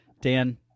Dan